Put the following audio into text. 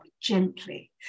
gently